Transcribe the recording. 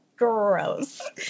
gross